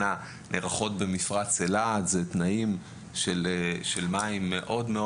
נערכות במפרץ אילת ששם המים מאוד מאוד